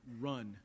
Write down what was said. run